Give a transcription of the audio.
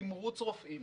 תמרוץ רופאים,